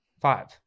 Five